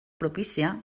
propícia